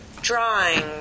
drawing